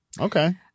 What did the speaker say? Okay